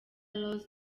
rose